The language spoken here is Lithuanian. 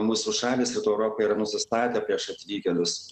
mūsų šalys rytų europoje yra nusistatę prieš atvykėlius